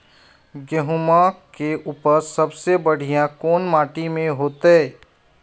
गेहूम के उपज सबसे बढ़िया कौन माटी में होते?